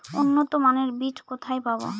উন্নতমানের বীজ কোথায় পাব?